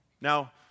Now